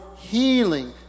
healing